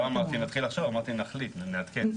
לא אמרתי שנתחיל לחשוב, אמרתי שנחליט ונעדכן.